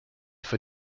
for